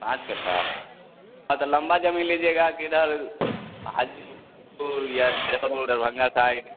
पाँच कट्ठा हाँ तो लंबा ज़मीन लीजिएगा किधर हाजीपुर या मुजफ्फरपुर दरभंगा साइड